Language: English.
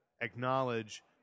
acknowledge